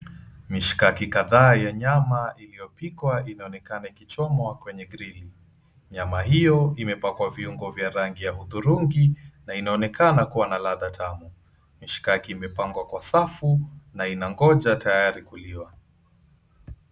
Mishkaki ka𝑑ha𝑎 ya nyama iliyopikwa inaonekana ikichomwa kwenye grili, nyama hiyo imepakwa viungo vya rangi ya hudhurungi na inaonekana kuwa na la𝑑ℎa tamu. Mishkaki imepangwa kwa safu na inangoja tayari kuliwa.